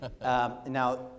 Now